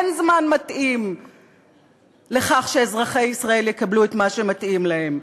אין זמן מתאים לכך שאזרחי ישראל יקבלו את מה שמתאים להם,